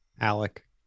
Alec